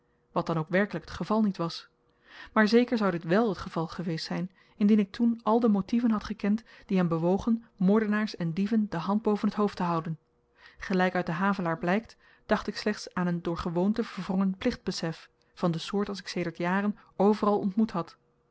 wat dan ook werkelyk het geval niet was maar zeker zou dit wèl t geval geweest zyn indien ik toen al de motieven had gekend die hem bewogen moordenaars en dieven de hand boven t hoofd te houden gelyk uit den havelaar blykt dacht ik slechts aan een door gewoonte verwrongen plichtbesef van de soort als ik sedert jaren overal ontmoet had